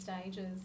stages